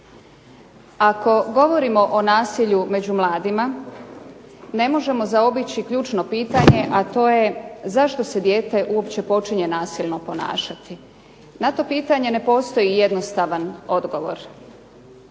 Ako govorimo o nasilju među mladima, ne možemo zaobići ključno pitanje a to je zašto se dijete počinje uopće nasilno ponašati. Na to pitanje ne postoji jednostavan odgovor.